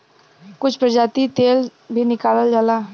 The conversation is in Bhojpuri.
कुछ प्रजाति से तेल भी निकालल जाला